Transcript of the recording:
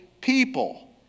people